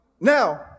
now